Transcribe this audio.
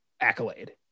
accolade